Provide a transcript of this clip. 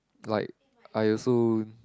like I also